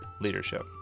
leadership